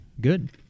good